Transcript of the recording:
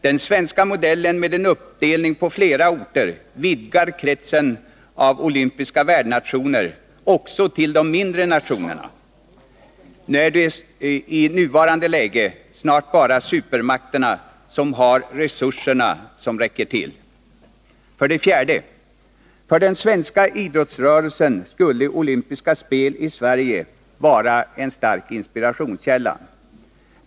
Den svenska modellen med en uppdelning på flera orter vidgar kretsen av olympiska värdnationer också till mindre nationer. I nuvarande läge är det snart bara supermakterna som har resurser som räcker till. 4. För den svenska idrottsrörelsen skulle olympiska spel i Sverige vara en stark inspirationskälla.